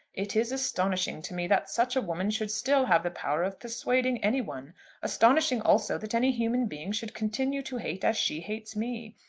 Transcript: it is astonishing to me that such a woman should still have the power of persuading any one astonishing also that any human being should continue to hate as she hates me.